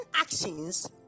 actions